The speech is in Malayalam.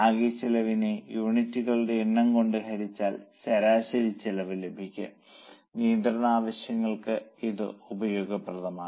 ആകെ ചെലവിനെ യൂണിറ്റുകളുടെ എണ്ണം കൊണ്ട് ഹരിച്ചാൽ ശരാശരി ചെലവ് ലഭിക്കും നിയന്ത്രണ ആവശ്യങ്ങൾക്ക് ഇത് ഉപയോഗപ്രദമാണ്